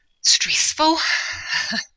stressful